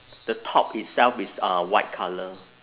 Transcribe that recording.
the top itself is uh white colour